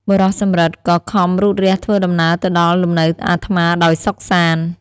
បុរសសំរិទ្ធ ក៏ខំរូតរះធ្វើដំណើរទៅដល់លំនៅអាត្មាដោយសុខសាន្ត ។